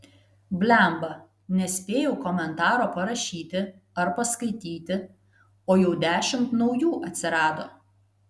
blemba nespėjau komentaro parašyti ar paskaityti o jau dešimt naujų atsirado